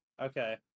Okay